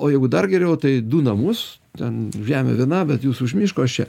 o jeigu dar geriau tai du namus ten žemė viena bet jūs už miško aš čia